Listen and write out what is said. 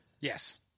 Yes